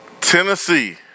Tennessee